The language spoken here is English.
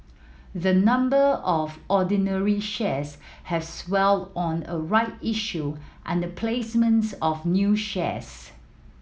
the number of ordinary shares has swelled on a right issue and the placement of new shares